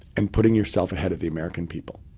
and putting yourself ahead of the american people.